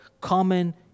common